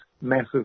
massive